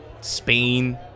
Spain